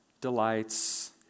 delights